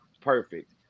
perfect